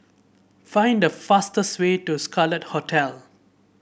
find the fastest way to Scarlet Hotel